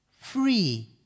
free